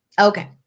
Okay